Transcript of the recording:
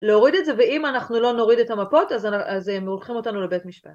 להוריד את זה ואם אנחנו לא נוריד את המפות אז הם לוקחים אותנו לבית משפט